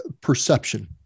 perception